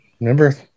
Remember